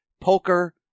poker